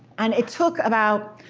and it took about